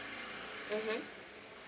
mmhmm